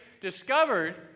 discovered